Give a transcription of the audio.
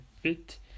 fit